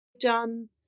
Done